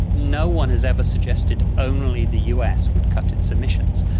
no one has ever suggested only the us would cut its emissions.